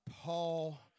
Paul